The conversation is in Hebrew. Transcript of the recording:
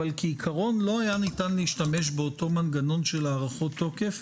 אבל כעיקרון לא היה ניתן להשתמש באותו מנגנון של הארכות תוקף?